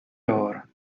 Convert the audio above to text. door